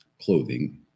clothing